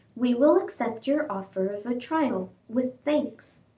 we will accept your offer of a trial, with thanks.